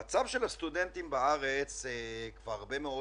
המצב של הסטודנטים בארץ כבר הרבה מאוד